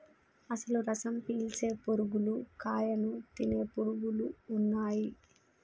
అసలు రసం పీల్చే పురుగులు కాయను తినే పురుగులు ఉన్నయ్యి